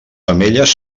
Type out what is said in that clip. femelles